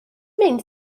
mynd